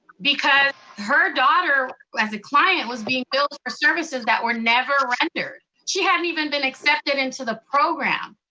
because her daughter, as a client, was being billed for services that were never rendered. she hadn't even been accepted into the program.